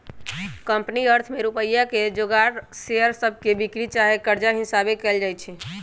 company अर्थ में रुपइया के जोगार शेयर सभके बिक्री चाहे कर्जा हिशाबे कएल जाइ छइ